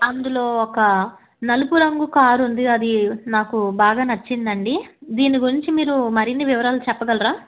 అందులో ఒక నలుపు రంగు కారు ఉంది అది నాకు బాగా నచ్చిందండి దీని గురించి మీరు మరిన్ని వివరాలు చెప్పగలరా